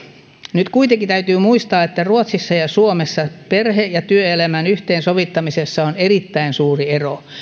nyt kuitenkin täytyy muistaa että ruotsissa ja suomessa perhe ja työelämän yhteensovittamisessa on erittäin suuri ero